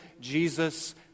Jesus